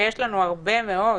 לנו הרבה מאוד.